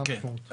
מה המשמעות?